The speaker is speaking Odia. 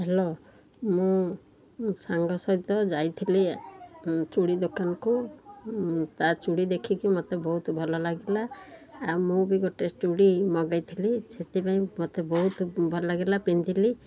ହେଲୋ ମୁଁ ସାଙ୍ଗ ସହିତ ଯାଇଥିଲି ଚୁଡ଼ି ଦୋକାନକୁ ତା' ଚୁଡ଼ି ଦେଖିକି ମୋତେ ବହୁତ ଭଲ ଲାଗିଲା ଆଉ ମୁଁ ବି ଗୋଟେ ଚୁଡ଼ି ମଗାଇଥିଲି ସେଥିପାଇଁ ମୋତେ ବହୁତ ଭଲ ଲାଗିଲା ପିନ୍ଧିଲି